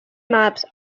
maps